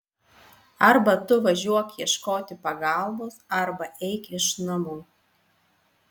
arba tu važiuok ieškoti pagalbos arba eik iš namų